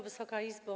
Wysoka Izbo!